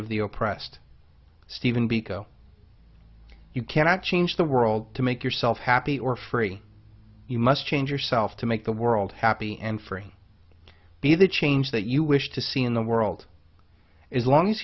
of the oh pressed stephen biko you cannot change the world to make yourself happy or free you must change yourself to make the world happy and free be the change that you wish to see in the world is long as